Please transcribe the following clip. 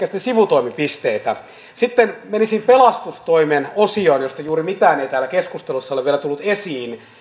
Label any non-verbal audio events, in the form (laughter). (unintelligible) sitten sivutoimipisteitä sitten menisin pelastustoimen osioon josta juuri mitään ei täällä keskusteluissa ole vielä tullut esiin